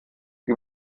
die